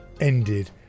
ended